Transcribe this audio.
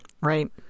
Right